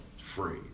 free